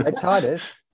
Titus